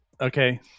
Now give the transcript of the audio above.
Okay